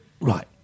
right